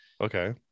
Okay